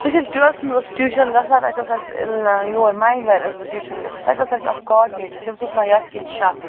أسۍ ییٚلہِ ٹُوٮ۪لتھَس منٛز ٲس ٹیوٗشَن گژھان اَتہِ اوس اَسہِ یور مایِنٛڈ وایر ٲسٕس بہٕ ٹیوٗشَن گژھان تَتہِ اوس اَسہِ اَکھ کاڈِنٮ۪ٹَر تٔمِس اوس ناو یاسیٖن شاہ